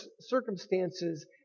circumstances